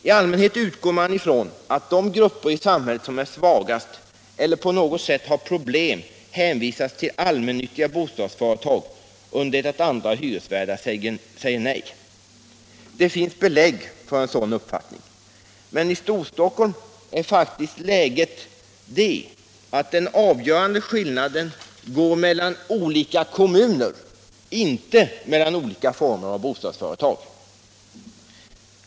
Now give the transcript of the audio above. I allmänhet utgår man från att de grupper i samhället som är svagast eller på något sätt har problem hänvisats till allmännyttiga bostadsföretag, under det att andra hyresvärdar säger nej. Det finns belägg för en sådan uppfattning. Men i Storstockholm är faktiskt läget det att den avgörande skillnaden går mellan olika kommuner, inte mellan olika former av bostadsföretag.